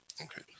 Okay